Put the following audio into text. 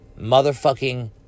motherfucking